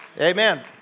Amen